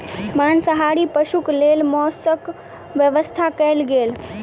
मांसाहारी पशुक लेल मौसक व्यवस्था कयल गेल